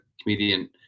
comedian